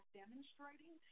demonstrating